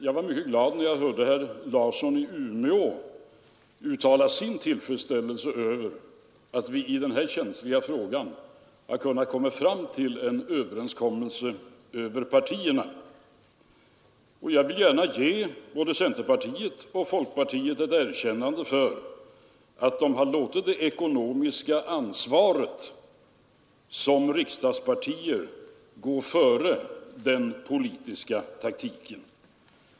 Jag var mycket glad när jag hörde herr Larsson i Umeå uttala sin tillfredsställelse över att vi i denna känsliga fråga har kunnat komma fram till en överenskommelse över partierna, och jag vill gärna ge både centerpartiet och folkpartiet ett erkännande för att de har låtit det ekonomiska ansvaret som riksdagspartier gå före den politiska taktiken.